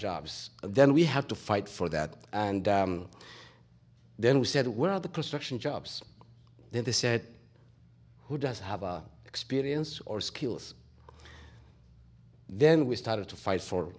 jobs then we have to fight for that and then we said well the construction jobs then they said who does have our experience or skills then we started to fight for